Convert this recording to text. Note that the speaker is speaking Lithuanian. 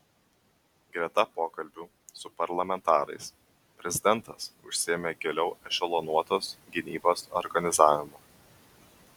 greta pokalbių su parlamentarais prezidentas užsiėmė giliau ešelonuotos gynybos organizavimu